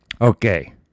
Okay